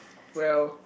well